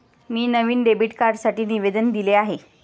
मी नवीन डेबिट कार्डसाठी निवेदन दिले आहे